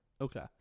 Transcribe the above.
Okay